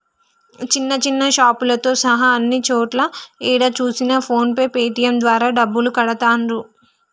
చిన్న చిన్న షాపులతో సహా అన్ని చోట్లా ఏడ చూసినా ఫోన్ పే పేటీఎం ద్వారా డబ్బులు కడతాండ్రు